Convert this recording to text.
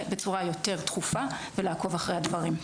בצורה יותר תכופה ולעקוב אחרי הדברים.